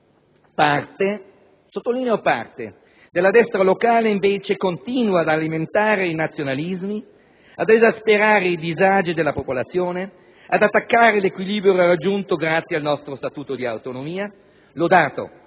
Parte - sottolineo parte - della destra locale, invece, continua ad alimentare i nazionalismi, ad esasperare i disagi della popolazione, ad attaccare l'equilibrio raggiunto grazie al nostro statuto di autonomia, lodato